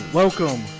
welcome